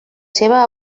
seva